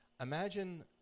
Imagine